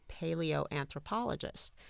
paleoanthropologist